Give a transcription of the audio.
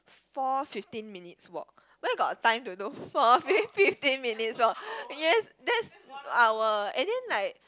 four fifteen minutes walk where got time to do four fifteen minutes walk yes that's our and then like